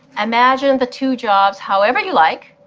imagine the two jobs however you like,